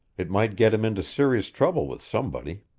it might get him into serious trouble with somebody.